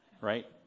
Right